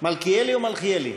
מלכּיאלי או מלכיאלי?